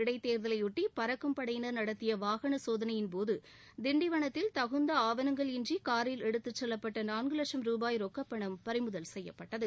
இடைத்தேர்தலையொட்டி பறக்கும் படையினர் நடத்திய வாகன சோதனையின்போது திண்டிவனத்தில் தகுந்த ஆவணங்கள் இன்றி காரில் எடுத்துச் செல்லப்பட்ட நான்கு லட்சம் ரூபாய் ரொக்கப் பணம் பறிமுதல் செய்யப்பட்டது